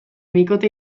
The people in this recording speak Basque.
bikote